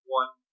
one